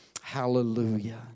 Hallelujah